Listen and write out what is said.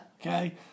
Okay